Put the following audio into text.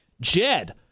Jed